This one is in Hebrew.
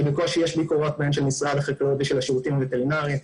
שבהן בקושי יש ביקורות של משרד החקלאות ושל השירותים הווטרינרים,